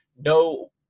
no